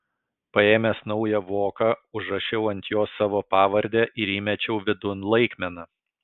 paėmęs naują voką užrašiau ant jo savo pavardę ir įmečiau vidun laikmeną